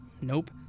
Nope